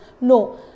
No